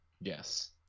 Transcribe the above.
Yes